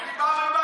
אני בא מבית,